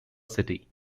city